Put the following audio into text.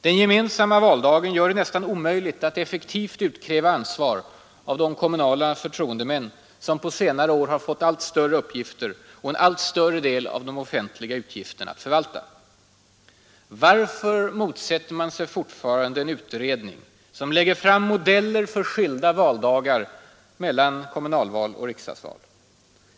Den gemensamma valdagen gör det nästan omöjligt att effektivt utkräva ansvar av de kommunala förtroendemän, som på senare år fått allt större uppgifter och allt större del av de offentliga utgifterna att förvalta. Varför motsätter man sig fortfarande en utredning som lägger fram modeller för skilda valdagar för kommunalval och riksdagsval?